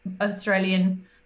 Australian